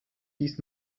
dies